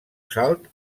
salt